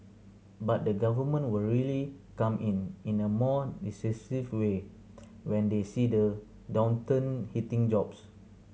but the Government will really come in in a more decisive way when they see the downturn hitting jobs